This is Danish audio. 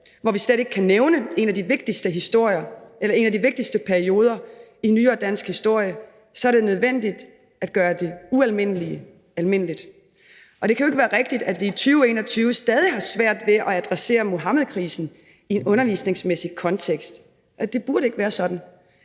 så vi slet ikke kan nævne en af de vigtigste perioder i nyere dansk historie, så er det nødvendigt at gøre det ualmindelige almindeligt. Det kan jo ikke være rigtigt, at vi i 2021 stadig har svært ved at adressere Muhammedkrisen i undervisningsmæssig kontekst. Det burde ikke være sådan,